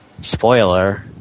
spoiler